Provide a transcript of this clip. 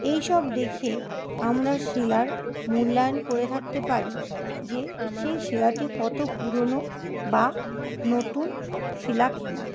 এই সব দেখে আমরা শিলার মূল্যায়ন করে থাকতে পারি যে সেই শিলাটি কত পুরোনো বা নতুন শিলা কিনা